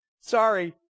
Sorry